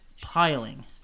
piling